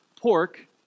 pork